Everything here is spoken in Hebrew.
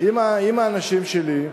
עם האנשים שלי,